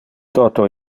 toto